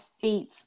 feet